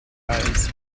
eyes